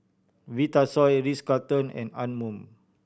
Vitasoy Ritz Carlton and Anmum